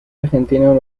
argentino